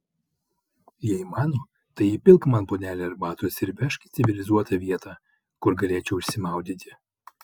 jei mano tai įpilk man puodelį arbatos ir vežk į civilizuotą vietą kur galėčiau išsimaudyti